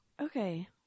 Okay